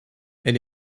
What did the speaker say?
elle